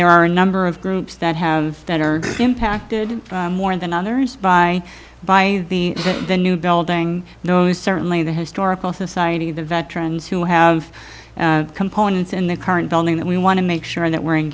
there are a number of groups that have that are impacted more than others by by the new building those certainly the historical society the veterans who have components in the current building that we want to make sure that we're